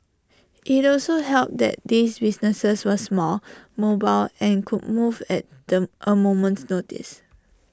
IT also helped that these businesses were small mobile and could move at A moment's notice